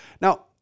now